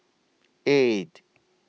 eight